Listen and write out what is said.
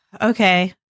Okay